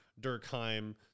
Durkheim